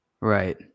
right